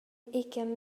ugain